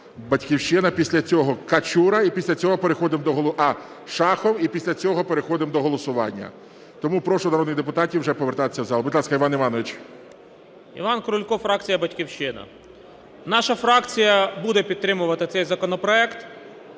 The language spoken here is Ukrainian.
"Батьківщина". Після цього Качура, Шахов і після цього переходимо до голосування. Тому прошу народних депутатів вже повертатися в зал. Будь ласка, Іван Іванович. 12:08:00 КРУЛЬКО І.І. Іван Крулько, фракція "Батьківщина". Наша фракція буде підтримувати цей законопроект.